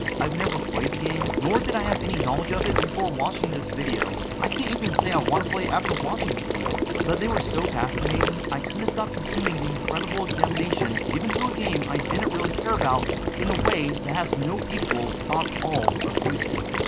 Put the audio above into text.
i've never played the game nor did i have any knowledge of it before watching this video. i can't even say i want to play it after watching the video, but they were so fascinating i couldn't stop consuming the incredible examination given to a game i didn't really care about in a way that has no equal on all of youtube.